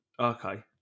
Okay